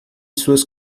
suas